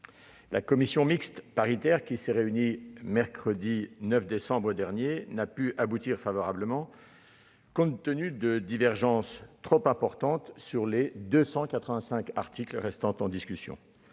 La commission mixte paritaire, qui s'est réunie mercredi 9 décembre dernier, n'a pu aboutir favorablement, compte tenu de divergences trop importantes sur les 285 articles restant en discussion.